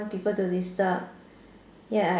don't want people to disturb